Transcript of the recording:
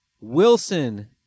Wilson